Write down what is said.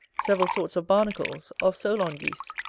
several sorts of barnacles, of solan-geese,